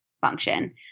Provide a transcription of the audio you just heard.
function